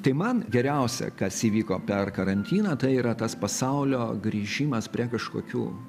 tai man geriausia kas įvyko per karantiną tai yra tas pasaulio grįžimas prie kažkokių